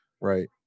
Right